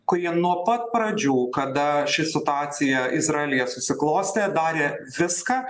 kurie nuo pat pradžių kada ši situacija izraelyje susiklostė darė viską